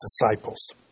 disciples